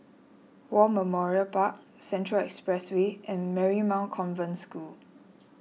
War Memorial Park Central Expressway and Marymount Convent School